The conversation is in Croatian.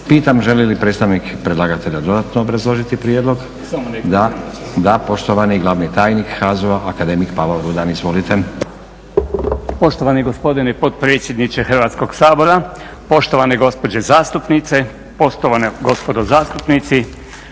Pitam želi li predstavnik predlagatelja dodatno obrazložiti prijedlog? Da. Poštovani glavni tajnika HAZU-a akademik Pavao Rudan. Izvolite. **Rudan, Pavao** Poštovani gospodine potpredsjedniče Hrvatskog sabora, poštovane gospođe zastupnice, poštovana gospodo zastupnice,